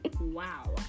Wow